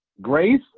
Grace